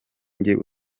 njyewe